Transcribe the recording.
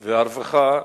והרווחה,